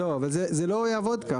לא, אבל זה לא יעבוד כך.